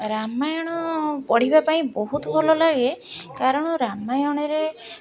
ରାମାୟଣ ପଢ଼ିବା ପାଇଁ ବହୁତ ଭଲ ଲାଗେ କାରଣ ରାମାୟଣରେ